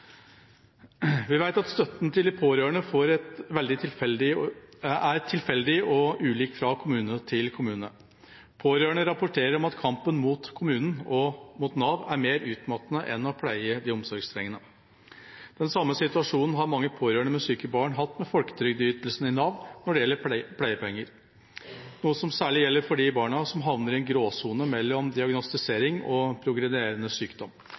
Vi vet at støtten til de pårørende er tilfeldig og ulik fra kommune til kommune. Pårørende rapporterer om at kampen mot kommunen og mot Nav er mer utmattende enn å pleie den omsorgstrengende. Den samme situasjonen har mange pårørende med syke barn hatt med folketrygdytelsene i Nav når det gjelder pleiepenger, noe som særlig gjelder for de barna som havner i en gråsone mellom diagnostisering og progredierende sykdom.